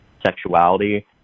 sexuality